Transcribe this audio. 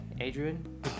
Adrian